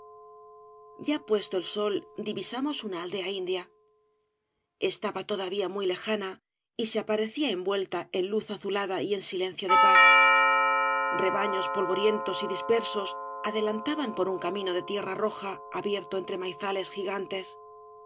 ya puesto el sol divisamos una aldea india estaba todavía muy lejana y se aparecía envuelta en luz azulada y en silencio de paz rebaños polvorientos y dispersos adelantaban por un camino de tierra roja abierto entre maizales gigantes